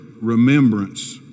remembrance